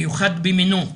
מיוחד במינו.